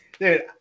Dude